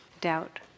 Doubt